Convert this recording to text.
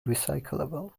recyclable